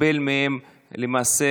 לקבל מהם למעשה